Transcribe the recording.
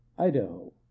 Idaho